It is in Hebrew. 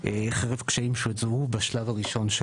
חרף קשיים שזוהו בשלב הראשון של